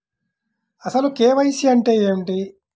అసలు కే.వై.సి అంటే ఏమిటి?